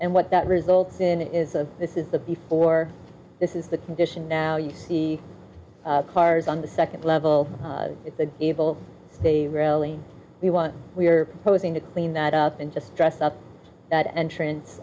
and what that results in is a this is the before this is the condition now you see cars on the second level it's the evil they really we want we're posing to clean that up and just dress up that entrance